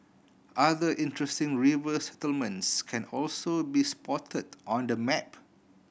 other interesting river settlements can also be spotted on the map